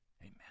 Amen